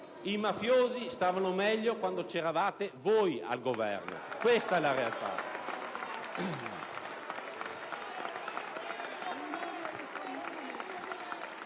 I mafiosi stavano meglio quando c'eravate voi al Governo. Questa è la realtà